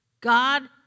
God